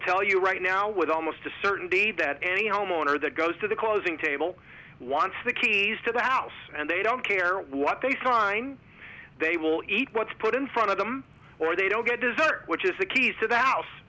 tell you right now with almost a certainty that any homeowner that goes to the closing table wants the keys to the house and they don't care what they find they will eat what's put in front of them or they don't get dessert which is the key to the house